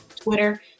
Twitter